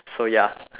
so ya